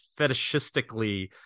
fetishistically